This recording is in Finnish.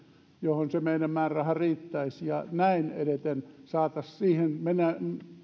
johon se meidän määrärahamme riittäisi ja näin edeten päästäisiin siihen